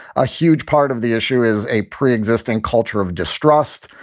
a huge part of the issue is a pre-existing culture of distrust.